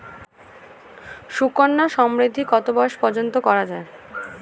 সুকন্যা সমৃদ্ধী কত বয়স পর্যন্ত করা যায়?